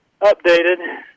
updated